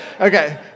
okay